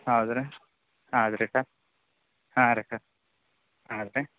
ಹೌದು ರೀ ಹೌದು ರೀ ಸರ್ ಹಾಂ ರೀ ಸರ್ ಹೌದು ರೀ